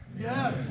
Yes